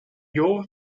your